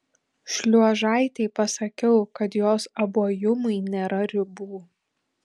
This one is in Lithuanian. šliuožaitei pasakiau kad jos abuojumui nėra ribų